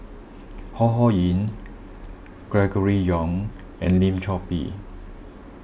Ho Ho Ying Gregory Yong and Lim Chor Pee